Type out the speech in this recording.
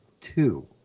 two